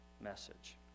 message